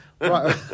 right